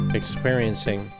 experiencing